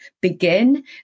begin